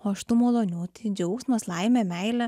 o iš tų malonių tai džiaugsmas laimė meilė